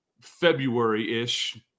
February-ish